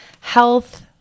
health